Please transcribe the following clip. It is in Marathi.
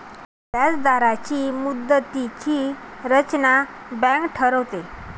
व्याजदरांची मुदतीची रचना बँक ठरवते